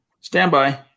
standby